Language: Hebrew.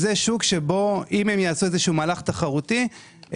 אם הם יעשו איזשהו מהלך תחרותי,